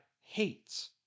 hates